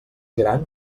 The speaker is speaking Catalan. gran